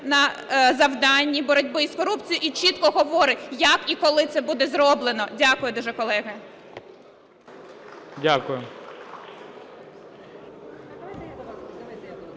на завданні боротьби з корупцією і чітко говорить, як і коли це буде зроблено. Дякую дуже, колеги.